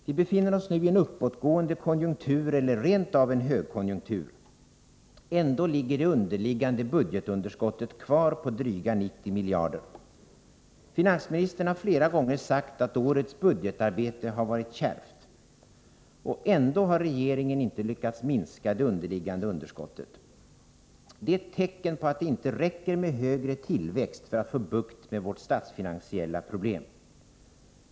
Vi befinner oss nu i en uppåtgående konjunktur eller rent av i en högkonjunktur, och ändå har vi det underliggande budgetunderskottet kvar på dryga 90 miljarder. Finansministern har flera gånger sagt att årets budgetarbete har varit kärvt. Och ändå har regeringen inte lyckats minska det underliggande underskottet. Det är ett tecken på att det inte räcker med större tillväxt för att vi skall få bukt med våra statsfinansiella problem.